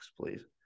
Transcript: please